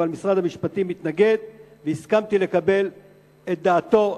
אבל משרד המשפטים התנגד והסכמתי לקבל את דעתו.